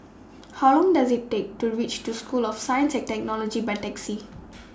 How Long Does IT Take to REACH to School of Science and Technology By Taxi